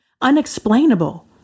unexplainable